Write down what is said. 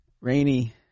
rainy